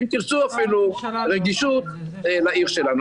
ואם תרצו אפילו רגישות לעיר שלנו.